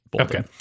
Okay